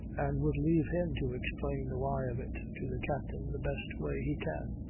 and will leave him to explain the why of it to the captain the best way he can.